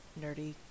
nerdy